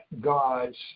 gods